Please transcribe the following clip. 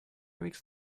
weeks